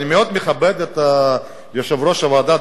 אני מאוד מכבד את יושב-ראש הוועדה,